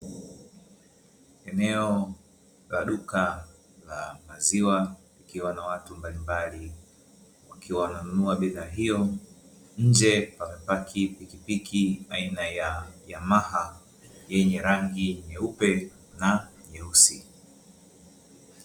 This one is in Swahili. Eneo la duka la maziwa likiwa na watu mbalimbali wakiwa wananunua bidhaa hiyo, nje pamepaki pikipiki aina ya Yamaha yenye rangi nyeupe na nyeusi.